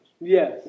Yes